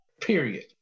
period